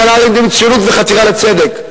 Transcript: הובלה למצוינות וחתירה לצדק.